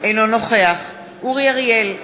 אינו נוכח אורי אריאל,